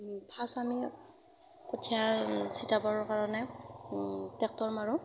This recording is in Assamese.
ফাৰ্চ আমি কঠীয়া ছটিয়াবৰ কাৰণে টেক্টৰ মাৰোঁ